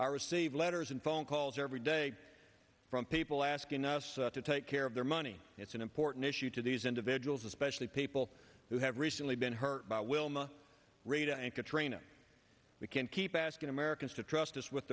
i receive letters and phone calls every day from people asking us to take care of their money it's an important issue to these individuals especially people who have recently been hurt by wilma rita and katrina we can't keep asking americans to trust us with